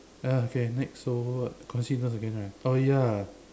ya okay next so what question again right oh ya